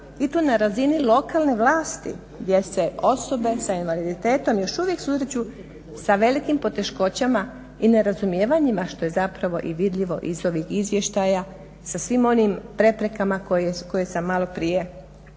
i to na razini lokalne vlasti gdje se osobe s invaliditetom još uvijek susreću sa velikim poteškoćama i nerazumijevanjima što je zapravo i vidljivo iz ovih izvještaja, sa svim onim preprekama koje sam maloprije spomenula.